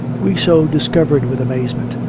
we so discovered with amazement,